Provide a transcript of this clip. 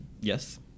Yes